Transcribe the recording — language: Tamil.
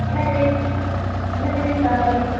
என்ன திடீர்ன்னு என்ன திடீர்ன்னு காரைக்குடி